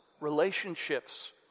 relationships